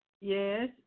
Yes